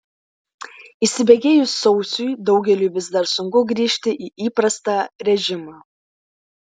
įsibėgėjus sausiui daugeliui vis dar sunku grįžti į įprastą režimą